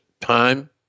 time